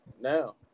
now